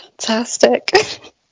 Fantastic